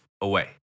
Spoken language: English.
away